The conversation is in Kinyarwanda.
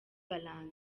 valentin